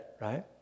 right